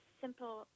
simple